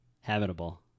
Habitable